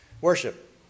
worship